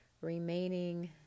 remaining